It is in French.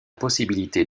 possibilité